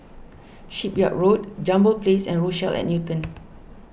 Shipyard Road Jambol Place and Rochelle at Newton